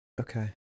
Okay